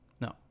No